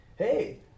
Hey